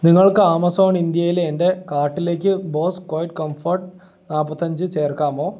നിങ്ങൾക്ക് ആമസോൺ ഇന്ത്യയിലെ എൻ്റെ കാർട്ടിലേക്ക് ബോസ് ക്വയറ്റ് കംഫർട്ട് നാല്പത്തിയഞ്ച് ചേർക്കാമോ